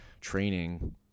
training